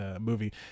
movie